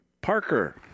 Parker